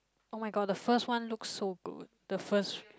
[oh]-my-god the first one looks so good the first